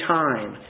time